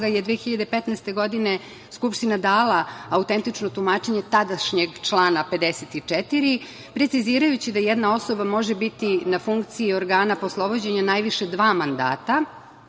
je 2015. godine Skupština dala autentično tumačenje tadašnjeg člana 54, precizirajući da jedna osoba može biti na funkciji organa poslovođenja najviše dva mandata